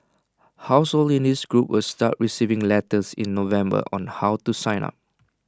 households in this group will start receiving letters in November on how to sign up